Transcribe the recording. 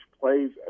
plays